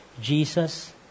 Jesus